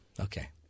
Okay